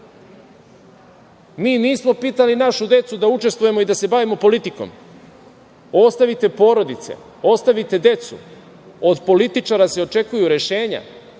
Mi nismo pitali našu decu da učestvujemo i da se bavimo politikom. Ostavite porodice, ostavite decu. Od političara se očekuju rešenja,